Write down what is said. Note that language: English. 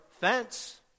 fence